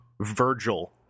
Virgil